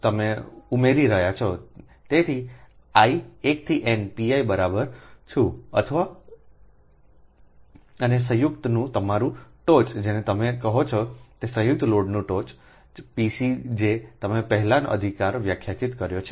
તેથી i 1 થી n Piબરાબર છું અથવા અને સંયુક્તનું તમારું ટોચ જેને તમે કહો છો તે સંયુક્ત લોડની ટોચ જે Pc છે જે તમે પહેલાનો અધિકાર વ્યાખ્યાયિત કર્યો છે